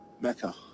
Mecca